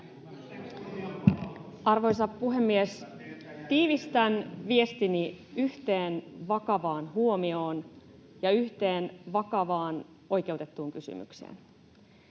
Arvoisa puhemies! Tiivistän viestini yhteen vakavaan huomioon ja yhteen vakavaan, oikeutettuun kysymykseen.